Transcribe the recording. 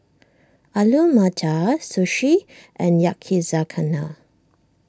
Alu Matar Sushi and Yakizakana